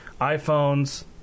iPhones